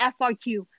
frq